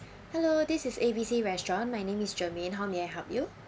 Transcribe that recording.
hello this is A B C restaurant my name is charmaine how may I help you